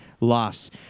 loss